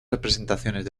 representaciones